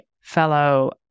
fellow